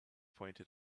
pointed